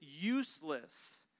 useless